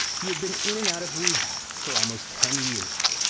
he had been in and out of rehab for almost ten years.